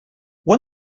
one